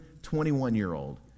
21-year-old